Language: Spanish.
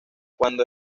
cuando